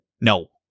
No